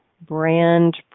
brand